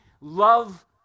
love